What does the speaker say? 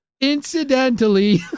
Incidentally